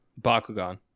Bakugan